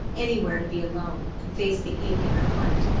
anywhere to be alone and face the ache in her heart.